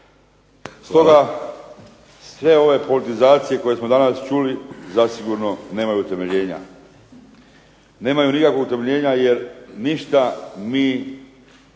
Stoga, sve ove politizacije koje smo danas čuli zasigurno nemaju utemeljenja. Nemaju nikakvog utemeljenja jer ništa mi ne